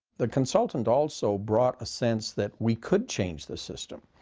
the consultant also brought a sense that we could change the system.